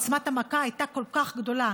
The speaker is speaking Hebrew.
עוצמת המכה הייתה כל כך גדולה,